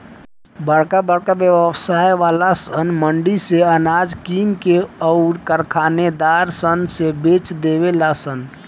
बरका बरका व्यवसाय वाला सन मंडी से अनाज किन के अउर कारखानेदार सन से बेच देवे लन सन